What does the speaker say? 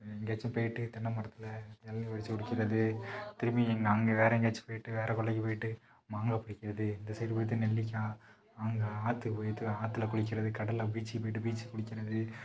எங்கேயாச்சும் போயிட்டு தென்னமரத்தில் இளநீ உடச்சி குடிக்கிறது திரும்பி நாங்கள் வேற எங்கேயாச்சும் போயிட்டு வேற கொல்லைக்கு போயிட்டு மாங்காய் பறிக்கிறது இந்த சைடு போயிட்டு நெல்லிக்காய் மாங்காய் ஆத்துக்கு போயிட்டு ஆத்தில் குளிக்கறது கடல்ல பீச்சுக்கு போயிட்டு பீச்ல குளிக்கிறது